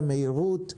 המהירות,